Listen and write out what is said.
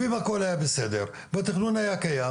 אם הכל היה בסדר והתכנון היה קיים,